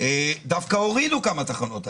דווקא הורידו כמה תחנות עצירה.